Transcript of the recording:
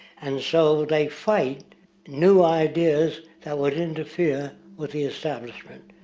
and so they fight new ideas, that would interfere with the establishment.